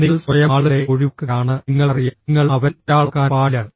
നിങ്ങൾ സ്വയം ആളുകളെ ഒഴിവാക്കുകയാണെന്ന് നിങ്ങൾക്കറിയാം നിങ്ങൾ അവരിൽ ഒരാളാകാൻ പാടില്ല